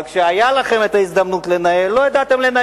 אבל כשהיתה לכם ההזדמנות לנהל